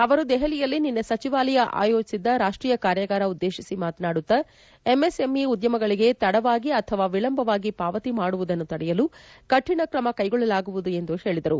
ಅವರು ದೆಹಲಿಯಲ್ಲಿ ನಿನ್ನೆ ಸಚಿವಾಲಯ ಆಯೋಜಿಸಿದ್ದ ರಾಷ್ಟೀಯ ಕಾರ್ಯಾಗಾರ ಉದ್ದೇಶಿಸಿ ಮಾತನಾಡುತ್ತಾ ಎಂಎಸ್ಎಂಇ ಉದ್ಯಮಗಳಿಗೆ ತಡವಾಗಿ ಅಥವಾ ವಿಳಂಬವಾಗಿ ಪಾವತಿ ಮಾಡುವುದನ್ನು ತಡೆಯಲು ಕಠಿಣ ಕ್ರಮ ಕೈಗೊಳ್ಳಲಾಗುವುದು ಎಂದು ಹೇಳಿದರು